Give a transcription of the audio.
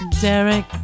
Derek